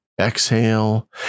Exhale